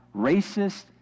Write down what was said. racist